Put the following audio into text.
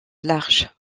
large